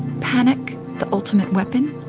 panic, the ultimate weapon?